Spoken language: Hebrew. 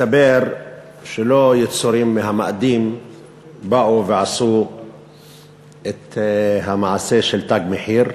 מסתבר שלא יצורים מהמאדים באו ועשו את המעשה של "תג מחיר".